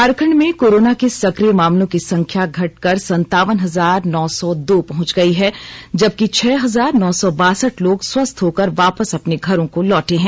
झारखंड में कोरोना के सकिय मामलों की संख्या घटकर संतावन हजार नौ सौ दो पहुंच गई है जबकि छह हजार नौ सौ बासठ लोग स्वस्थ होकर वापस अपने घरों को लौटे हैं